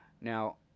Now